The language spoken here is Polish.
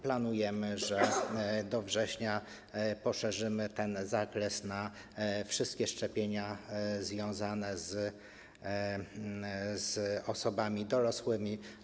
Planujemy, że do września poszerzymy ten zakres na wszystkie szczepienia związane z osobami dorosłymi.